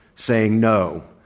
saying, no,